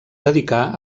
dedicà